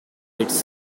it’s